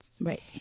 right